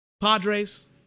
Padres